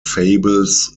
fables